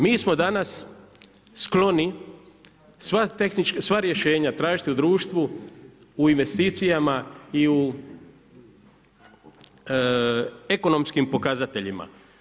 Mi smo danas skloni sva rješenja tražiti u društvu, u investicijama i u ekonomskim pokazateljima.